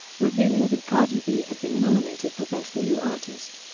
revealing that cardi b had been nominated for best new artist